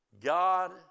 God